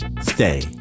Stay